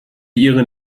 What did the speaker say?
ihren